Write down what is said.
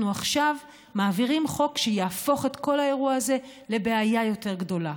אנחנו עכשיו מעבירים חוק שיהפוך את כל האירוע הזה לבעיה יותר גדולה,